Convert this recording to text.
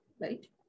Right